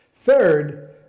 Third